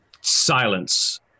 silence